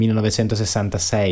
1966